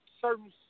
certain